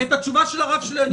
את התשובה של הרב שלי אני יודע.